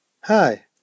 Hi